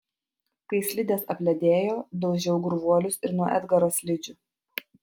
kai slidės apledėjo daužiau gurvuolius ir nuo edgaro slidžių